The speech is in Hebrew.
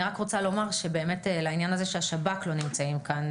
אני רק רוצה לומר שלעניין הזה שהשב"כ לא נמצאים כאן,